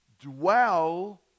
dwell